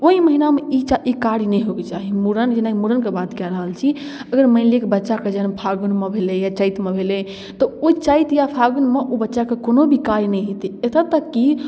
ओइ महीनामे ई च ई कार्य नहि होइके चाही मुड़न जेनाकि मुड़नके बात कए रहल छी अगर मानि लिअ कि बच्चाके जन्म फागुनमे भेलै या चैतमे भेलै तऽ ओ चैत या फागुनमे ओइ बच्चाके कोनो भी कार्य नहि हेतै एतऽ तक कि